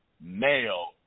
Male